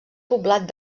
poblat